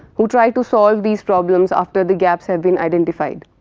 who try to solve these problems after the gaps have been identified